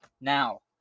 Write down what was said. Now